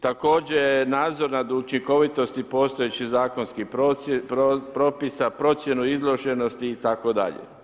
Također je nadzor nad učinkovitosti postojećih zakonskih propisa, procjenu izloženosti itd.